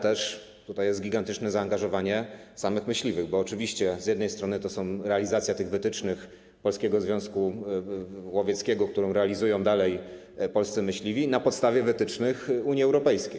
Tutaj jest też gigantyczne zaangażowanie samych myśliwych, bo oczywiście z jednej strony to jest realizacja wytycznych Polskiego Związku Łowieckiego, które realizują dalej polscy myśliwi na podstawie wytycznych Unii Europejskiej.